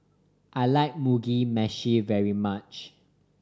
I like Mugi Meshi very much